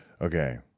okay